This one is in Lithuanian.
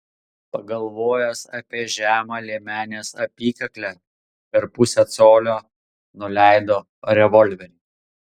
pagalvojęs apie žemą liemenės apykaklę per pusę colio nuleido revolverį